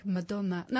Madonna